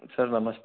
sir नमस्ते